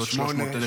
עוד 300,000